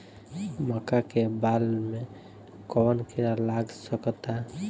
मका के बाल में कवन किड़ा लाग सकता?